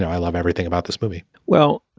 i love everything about this movie well,